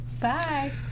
Bye